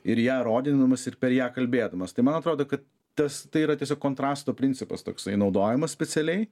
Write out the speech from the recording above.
ir ją rodydamas ir per ją kalbėdamas tai man atrodo kad tas tai yra tiesiog kontrasto principas toksai naudojamas specialiai